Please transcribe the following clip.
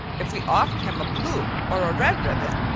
if we offered him a blue or a red ribbon,